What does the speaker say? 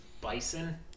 bison